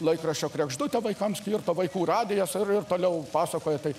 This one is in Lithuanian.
laikraščio kregždutė vaikams skirta vaikų radijas ar ir toliau pasakoja tai